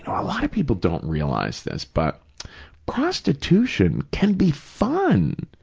a lot of people don't realize this, but prostitution can be fun.